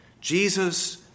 Jesus